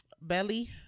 Belly